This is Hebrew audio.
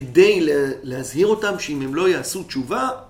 כדי להזהיר אותם שאם הם לא יעשו תשובה